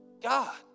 God